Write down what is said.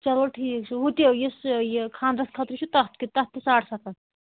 چلو ٹھیٖک چھِ ہُہ تہِ یُس یہِ خاندرَس خٲطرٕ چھِ تَتھ تہِ تَتھ تہِ ساڑ سَتھ ہَتھ